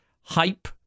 hype